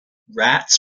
rats